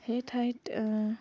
সেই ঠাইত